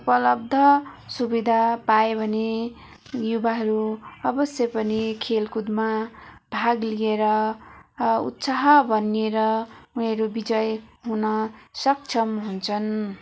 उपलब्ध सुविधा पाए भने युवाहरू अवश्य पनि खेलकुदमा भाग लिएर उत्साह बनिएर उनीहरू विजय हुन सक्षम हुन्छन्